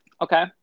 okay